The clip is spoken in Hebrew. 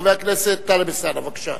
חבר הכנסת טלב אלסאנע, בבקשה.